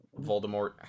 Voldemort